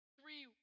Three